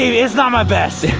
it's not my best,